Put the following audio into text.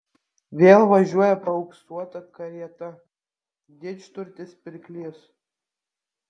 vėl važiuoja paauksuota karieta didžturtis pirklys